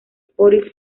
spotify